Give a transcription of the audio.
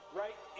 right